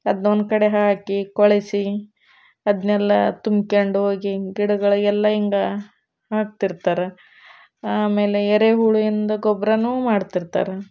ಅದನ್ನ ಒಂದು ಕಡೆ ಹಾಕಿ ಕೊಳೆಸಿ ಅದನ್ನೆಲ್ಲ ತುಂಬ್ಕ್ಯಂಡು ಹೋಗಿ ಗಿಡಗಳಿಗೆಲ್ಲ ಹಿಂಗ ಹಾಕ್ತಿರ್ತಾರ ಆಮೇಲೆ ಎರೆಹುಳುವಿಂದ ಗೊಬ್ಬರನೂ ಮಾಡ್ತಿರ್ತಾರ